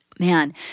Man